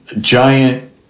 giant